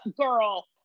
girl